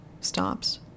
Stops